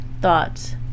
thoughts